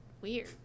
weird